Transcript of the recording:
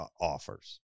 offers